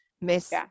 miss